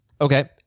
Okay